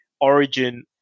Origin